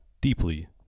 deeply